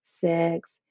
six